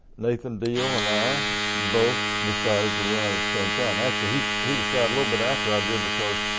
nathan deal and i both decided to run at the same time. actually he he decided a little bit after i did because